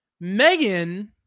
Megan